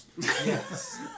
Yes